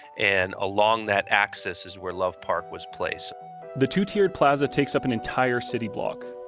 and along that axis is where love park was placed the two-tiered plaza takes up an entire city block.